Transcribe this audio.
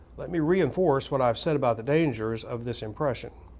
let me reinforce what i've said about the dangers of this impression.